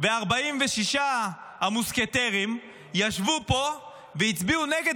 ו-46 המוסקטרים ישבו פה והצביעו נגד